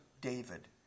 David